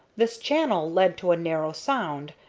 this channel led to a narrow sound,